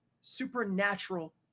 supernatural